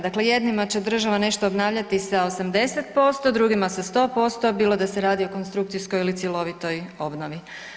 Dakle, jednima će država nešto obnavljati sa 80%, drugima sa 100% bilo da se radi o konstrukcijskoj ili cjelovitoj obnovi.